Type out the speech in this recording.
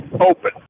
open